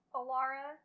Alara